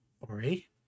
Ori